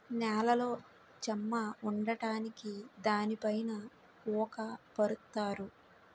నేలలో చెమ్మ ఉండడానికి దానిపైన ఊక పరుత్తారు